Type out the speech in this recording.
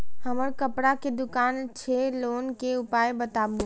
हमर कपड़ा के दुकान छै लोन के उपाय बताबू?